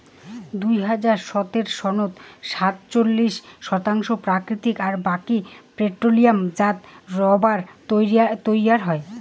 দুই হাজার সতের সনত সাতচল্লিশ শতাংশ প্রাকৃতিক আর বাকি পেট্রোলিয়ামজাত রবার তৈয়ার হয়